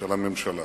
של הממשלה.